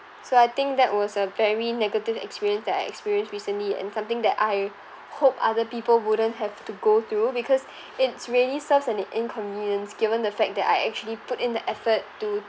so I think that was a very negative experience that I experience recently and something that I hope other people wouldn't have to go through because it's really serves an inconvenience given the fact that I actually put in the effort to